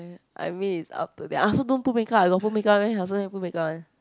I mean it's up to their I also don't put makeup I don't put makeup eh I also never put makeup eh